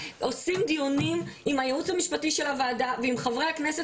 עושים דיונים עם הייעוץ המשפטי של הוועדה ועם חברי הכנסת